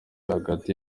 hagati